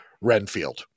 Renfield